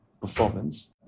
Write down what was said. performance